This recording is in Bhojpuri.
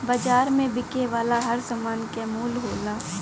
बाज़ार में बिके वाला हर सामान क मूल्य होला